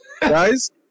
guys